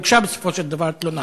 הוגשה בסופו של דבר תלונה,